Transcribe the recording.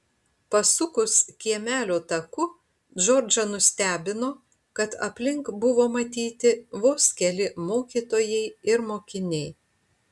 pasukus kiemelio taku džordžą nustebino kad aplink buvo matyti vos keli mokytojai ir mokiniai